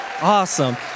awesome